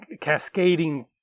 cascading